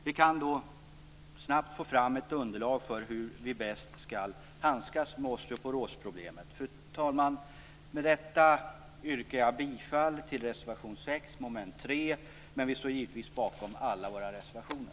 Vi kan då snabbt få fram ett underlag för hur vi bäst skall handskas med osteoporosproblemen. Fru talman! Med detta yrkar jag bifall till reservation 6, som gäller mom. 3, men vi står givetvis bakom alla våra reservationer.